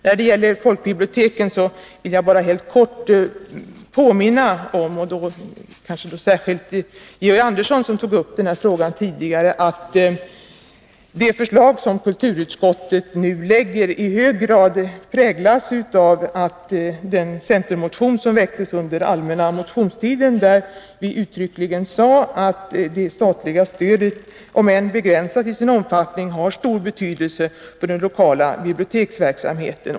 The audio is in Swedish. När det gäller folkbiblioteken vill jag bara helt kort påminna om — och därvid vänder jag mig särskilt till Georg Andersson, som tog upp denna fråga tidigare — att kulturutskottets förslag på denna punkt i hög grad präglas av den centermotion som väcktes under allmänna motionstiden, där vi uttryckligen sade att det statliga stödet, om än begränsat till sin omfattning, harstor betydelse för den lokala biblioteksverksamheten.